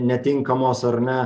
netinkamos ar ne